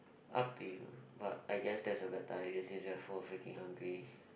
up to you but I guess that's a better idea since you fools are freaking hungry